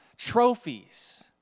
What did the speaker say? trophies